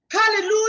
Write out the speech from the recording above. hallelujah